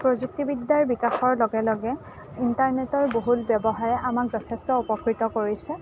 প্ৰযুক্তিবিদ্যাৰ বিকাশৰ লগে লগে ইণ্টাৰনেটৰ বহুল ব্যৱহাৰে আমাক যথেষ্ট উপকৃত কৰিছে